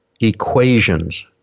equations